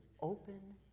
open